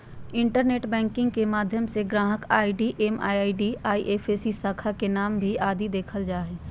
internet banking के माध्यम से ग्राहक आई.डी एम.एम.आई.डी, आई.एफ.एस.सी, शाखा के नाम आदि देखल जा हय